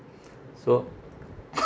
so